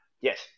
Yes